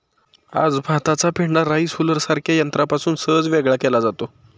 आज भाताचा पेंढा राईस हुलरसारख्या यंत्रापासून सहज वेगळा केला जातो